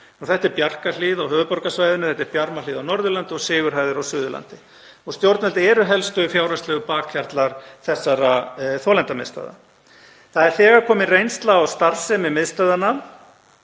Þetta er Bjarkarhlíð á höfuðborgarsvæðinu, Bjarmahlíð á Norðurlandi, Sigurhæðir á Suðurlandi og stjórnvöld eru helstu fjárhagslegu bakhjarlar þessara þolendamiðstöðva. Það er þegar komin reynsla á starfsemi miðstöðvanna